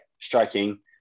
striking